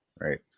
Right